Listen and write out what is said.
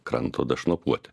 kranto dašnopuoti